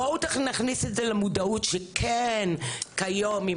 בואו נכניס את זה למודעות שכן כיום אם